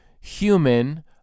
human